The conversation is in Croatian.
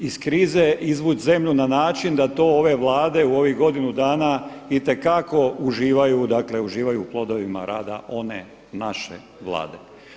Iz krize izvući zemlju na način da to ove Vlade u ovih godinu dana itekako uživaju, dakle uživaju u plodovima rada one naše Vlade.